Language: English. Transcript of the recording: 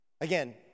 Again